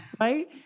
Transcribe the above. right